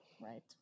Right